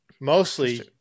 mostly